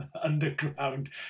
underground